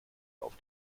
auf